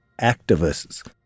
activists